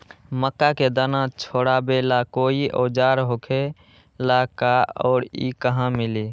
मक्का के दाना छोराबेला कोई औजार होखेला का और इ कहा मिली?